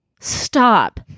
stop